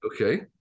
Okay